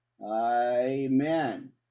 amen